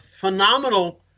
phenomenal